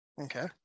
Okay